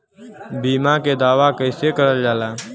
बीमा के दावा कैसे करल जाला?